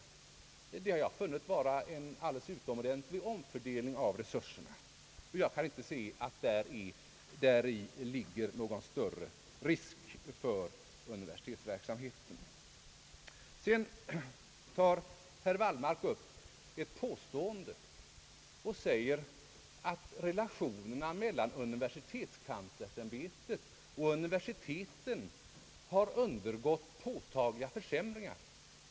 Detta har jag funnit vara en alldeles utomordentlig omfördelning av resurserna, och jag kan inte se att däri ligger någon större risk för universitetsverksamheten. Sedan påstår herr Wallmark, att relationerna mellan universitetskanslersämbetet och universiteten har undergått påtagliga försämringar.